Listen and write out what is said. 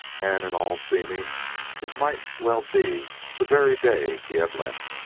and in all seeming it might well be the very day he had left.